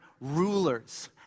rulers